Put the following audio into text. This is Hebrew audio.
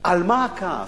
על מה הכעס.